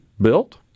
built